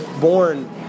born